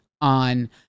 on